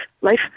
life